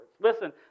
Listen